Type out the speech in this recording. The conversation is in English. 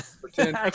Pretend